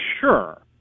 sure